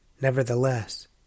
Nevertheless